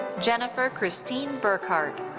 jennifer kristine burkhardt.